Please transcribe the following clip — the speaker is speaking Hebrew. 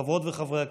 חברות וחברי הכנסת,